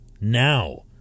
now